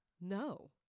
no